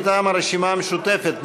מטעם הרשימה המשותפת.